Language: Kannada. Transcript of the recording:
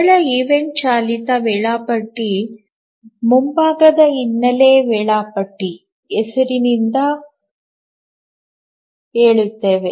ಸರಳವಾದ ಈವೆಂಟ್ ಚಾಲಿತ ವೇಳಾಪಟ್ಟಿ ಮುಂಭಾಗದ ಹಿನ್ನೆಲೆ ವೇಳಾಪಟ್ಟಿ ಹೆಸರಿನಿಂದ ಹೋಗುತ್ತದೆ